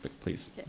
please